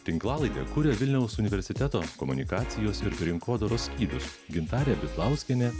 tinklalaidę kuria vilniaus universiteto komunikacijos ir rinkodaros skyrius gintarė kazlauskienė